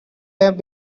have